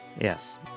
Yes